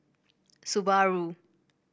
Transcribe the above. Subaru